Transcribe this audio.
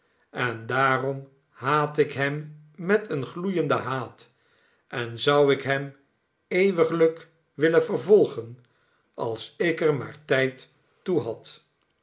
en daarom haat ik hern met een gloeienden haat en zou ik hem eeuwiglijk willen vervolgen als ik er maar tijd toe had